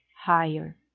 higher